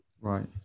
Right